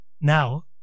now